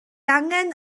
angen